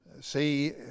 see